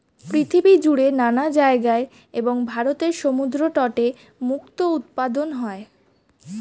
পৃথিবী জুড়ে নানা জায়গায় এবং ভারতের সমুদ্র তটে মুক্তো উৎপাদন হয়